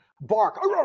bark